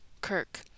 Kirk